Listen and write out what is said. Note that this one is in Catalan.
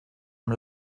amb